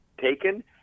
taken